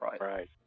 Right